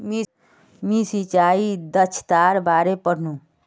मी सिंचाई दक्षतार बारे पढ़नु